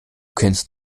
kennst